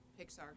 Pixar